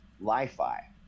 li-fi